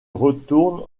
retourne